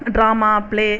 drama play